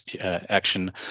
action